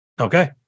okay